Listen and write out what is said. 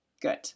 Good